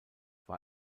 war